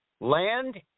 land